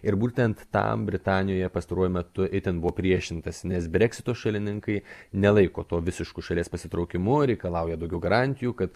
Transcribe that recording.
ir būtent tam britanijoje pastaruoju metu itin buvo priešintasi nes breksito šalininkai nelaiko to visišku šalies pasitraukimu reikalauja daugiau garantijų kad